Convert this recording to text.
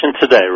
today